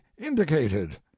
indicated